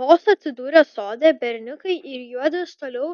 vos atsidūrę sode berniukai ir juodis tuojau